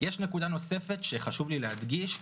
נקודה נוספת שחשוב לי להדגיש.